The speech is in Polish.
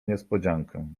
niespodziankę